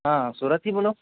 હા સુરતથી બોલો